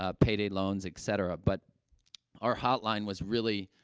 ah payday loans, et cetera. but our hotline was really,